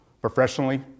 professionally